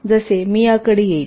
जसे मी याकडे येईल